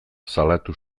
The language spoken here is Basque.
salatu